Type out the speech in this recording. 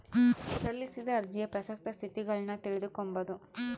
ಸಲ್ಲಿಸಿದ ಅರ್ಜಿಯ ಪ್ರಸಕ್ತ ಸ್ಥಿತಗತಿಗುಳ್ನ ತಿಳಿದುಕೊಂಬದು